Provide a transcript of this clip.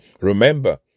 Remember